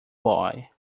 boy